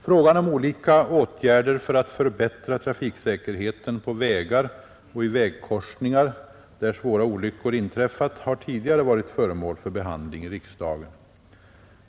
Frågan om olika åtgärder för att förbättra trafiksäkerheten på vägar och i vägkorsningar där svåra olyckor inträffat har tidigare varit föremål för behandling i riksdagen.